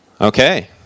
Okay